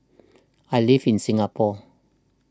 I live in Singapore